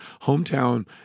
hometown